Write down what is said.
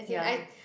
ya